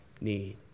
need